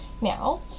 Now